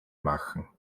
machen